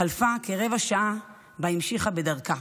חלפה כרבע שעה שבה המשיכה בדרכה,